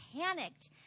panicked